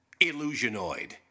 Illusionoid